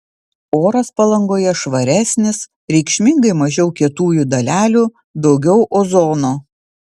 oras palangoje švaresnis reikšmingai mažiau kietųjų dalelių daugiau ozono